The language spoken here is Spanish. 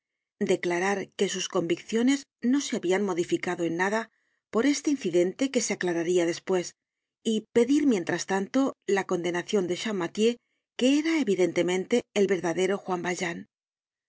declarar que sus convicciones no se habian modificado en nada por este incidente que se aclararla despues y pedir mientras tanto la condenacion de champmathieu que era evidentemente el verdadero juan valjean